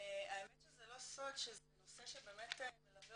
האמת שזה לא סוד שזה נושא שבאמת מלווה